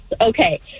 Okay